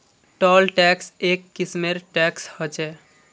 toll tax एक किस्मेर tax ह छः